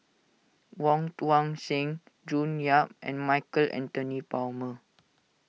Wong Tuang Seng June Yap and Michael Anthony Palmer